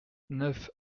neuf